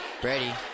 Brady